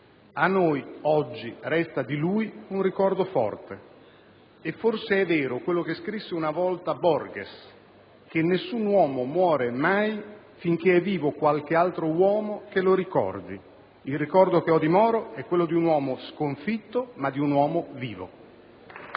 A noi oggi resta di lui un ricordo forte, e forse è vero quello che scrisse una volta Borges: che nessun uomo muore mai finché è vivo qualche altro uomo che lo ricordi. Il ricordo che ho di Moro è quello di un uomo sconfitto, ma vivo.